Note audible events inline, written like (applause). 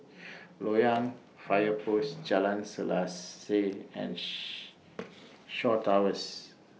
Loyang Fire Post (noise) Jalan Selaseh and She (noise) Shaw Towers